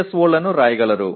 Oக்களை எழுதலாம் ஒவ்வொரு P